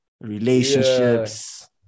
relationships